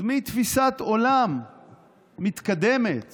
אז מתפיסת עולם מתקדמת